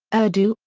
urdu,